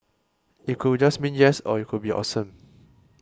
it could just mean yes or it could be awesome